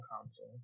console